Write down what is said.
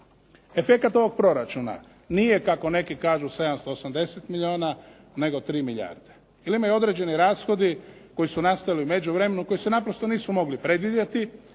Efekat ovog proračuna nije kako neki kažu 780 milijuna nego 3 milijarde jer ima određenih rashoda koji su nastali u međuvremenu, koji se naprosto nisu mogli predvidjeti